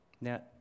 Now